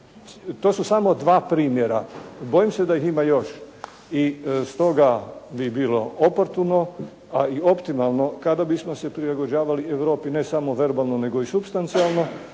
to su samo dva primjera. Bojim se da ih ima još. I stoga bi bilo oportuno a i optimalno kada bismo se prilagođavali Europi ne samo verbalno nego i substancijalno